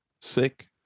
sick